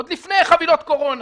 עוד לפני חבילות קורונה,